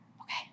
okay